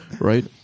right